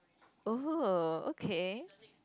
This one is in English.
oh okay